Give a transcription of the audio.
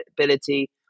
ability